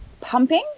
pumping